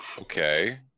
okay